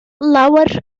lawer